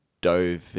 dove